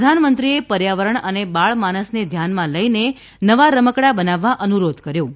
પ્રધાનમંત્રીએ પર્યાવરણ અને બાળમાનસને ધ્યાનમાં લઇને નવા રમકડા બનાવવા અનુરોધ કર્યો હતો